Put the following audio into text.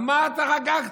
על מה אתה חגגת?